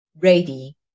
ready